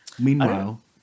meanwhile